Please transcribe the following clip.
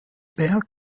berg